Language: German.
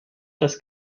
des